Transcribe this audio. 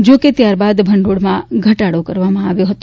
જો કે ત્યારબાદ ભંડોળમાં ઘટાડો કરવામાં આવ્યો હતો